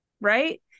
Right